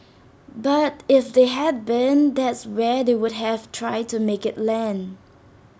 but if they had been that's where they would have tried to make IT land